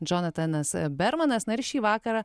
džonatanas bermanas na ir šį vakarą